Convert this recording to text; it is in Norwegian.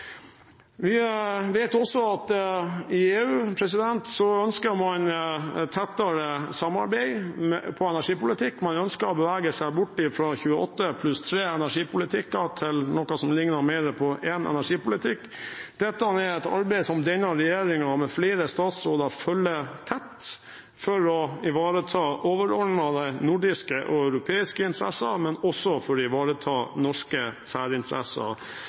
EU ønsker man tettere samarbeid om energipolitikk. Man ønsker å bevege seg bort fra 28+3-energipolitikk til noe som ligner mer på én energipolitikk. Dette er et arbeid som denne regjeringen med flere statsråder følger tett, for å ivareta overordnede nordiske og europeiske interesser, men også for å ivareta norske særinteresser